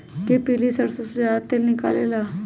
कि पीली सरसों से ज्यादा तेल निकले ला?